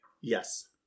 Yes